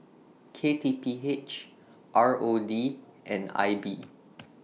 K T P H R O D and I B